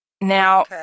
Now